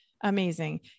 amazing